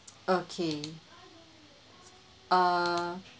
okay err